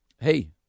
Hey